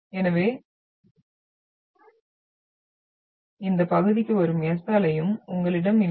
எனவே இந்த பகுதிக்கு வரும் எந்த S அலையும் உங்களிடம் இல்லை